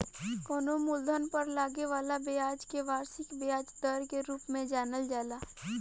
कवनो मूलधन पर लागे वाला ब्याज के वार्षिक ब्याज दर के रूप में जानल जाला